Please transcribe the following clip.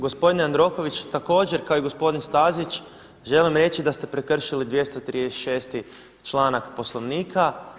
Gospodine Jandroković, također kao i gospodin Stazić želim reći da ste prekršili 236. članak Poslovnika.